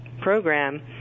program